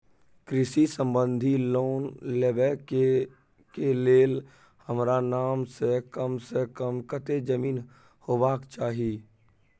कृषि संबंधी लोन लेबै के के लेल हमरा नाम से कम से कम कत्ते जमीन होबाक चाही?